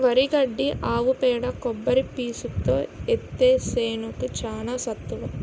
వరి గడ్డి ఆవు పేడ కొబ్బరి పీసుతో ఏత్తే సేనుకి చానా సత్తువ